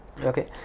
Okay